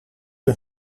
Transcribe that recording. een